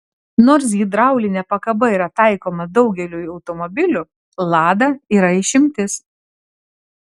nors hidraulinė pakaba yra taikoma daugeliui automobilių lada yra išimtis